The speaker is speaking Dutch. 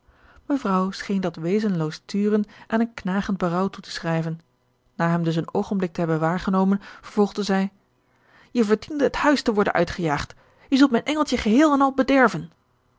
mevrouw scheen dat wezenloos turen aan een knagend berouw toe te schrijven na hem dus een oogenblik te hebben waargenomen vervolgde zij je verdiende het huis te worden uitgejaagd je zult mijn engeltje geheel en al bederven